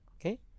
Okay